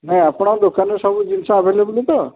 ନା ଆପଣଙ୍କ ଦୋକାନରେ ସବୁ ଜିନିଷ ଆଭେଲେବୁଲ୍ ତ